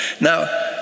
Now